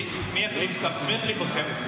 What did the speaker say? מי יחליף אתכם?